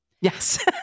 yes